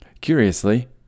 Curiously